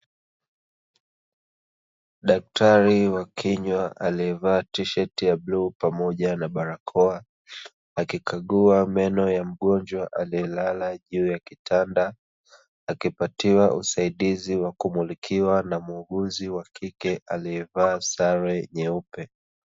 Daktari wa kinywa aliyevaa tisheti ya bluu pamoja na barakoa, akikagua meno ya mgonjwa aliyelala juu ya kitanda, akipatiwa usaidizi wa kumulikiwa na muuguzi wa kike aliyevaa sare nyeupe.